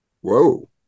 Whoa